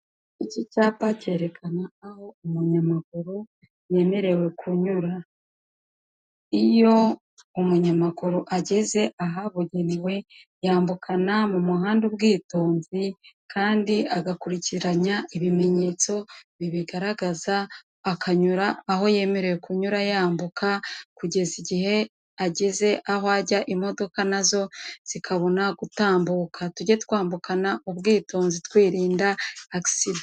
Iki cyapa cyerekana aho umunyamaguru yemerewe kunyura. Iyo umunyamaguru ageze ahabugenewe, yambukana mu muhanda ubwitonzi kandi agakurikiranya ibimenyetso bibigaragaza, akanyura aho yemerewe kunyura yambuka, kugeza igihe ageze aho ajya, imodoka na zo zikabona gutambuka. Tujye twambukana ubwitonzi twirinda agisida.